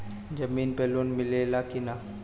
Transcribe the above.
जमीन पे लोन मिले ला की ना?